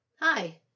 Hi